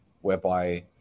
whereby